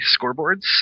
scoreboards